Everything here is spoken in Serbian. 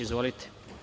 Izvolite.